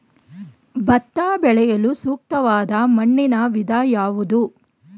ಭತ್ತ ಬೆಳೆಯಲು ಸೂಕ್ತವಾದ ಮಣ್ಣಿನ ವಿಧ ಯಾವುದು?